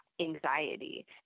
anxiety